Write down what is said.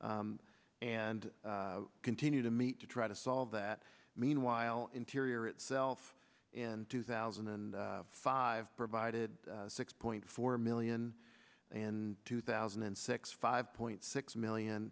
and continue to meet to try to solve that meanwhile interior itself in two thousand and five provided six point four million in two thousand and six five point six million